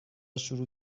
شروع